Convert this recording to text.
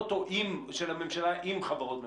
או של הממשלה עם החברות הממשלתיות?